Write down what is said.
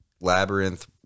labyrinth